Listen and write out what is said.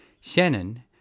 Shannon